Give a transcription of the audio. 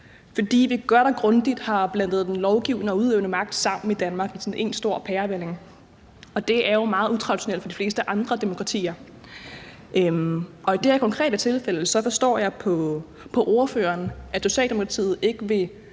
fordi vi godt og grundigt har blandet den lovgivende og udøvende magt sammen i Danmark i en stor pærevælling, og det er jo meget utraditionelt i forhold til de fleste andre demokratier. I det her konkrete tilfælde forstår jeg på ordføreren, at Socialdemokratiet ikke vil